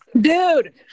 dude